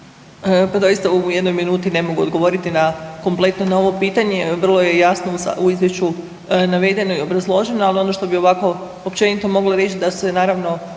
Pa doista u jednoj minuti ne mogu odgovoriti na, kompletno na ovo pitanje, vrlo je jasno u izvješću navedeno i obrazloženo, ali ono što bi ovako općenito mogla reći da se naravno